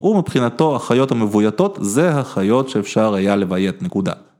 הוא מבחינתו החיות המבויתות זה החיות שאפשר היה לביית, נקודה.